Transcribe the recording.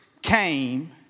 Came